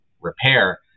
repair